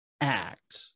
act